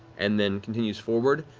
and then continues forward.